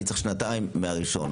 אני צריך שנתיים מה-1 באפריל?